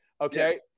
Okay